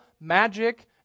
magic